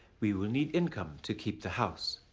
we will need income to keep the house.